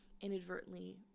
inadvertently